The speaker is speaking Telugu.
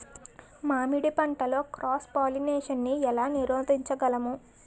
మామిడి పంటలో క్రాస్ పోలినేషన్ నీ ఏల నీరోధించగలము?